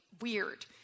weird